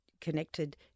connected